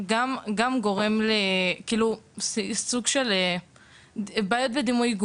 בעיות בדימוי,